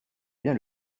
bien